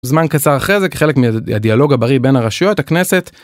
זמן קצר אחרי זה כחלק מהדיאלוג הבריא בין הרשויות , הכנסת.